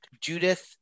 Judith